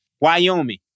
Wyoming